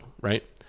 right